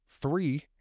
Three